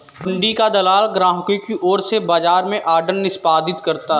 हुंडी का दलाल ग्राहकों की ओर से बाजार में ऑर्डर निष्पादित करता है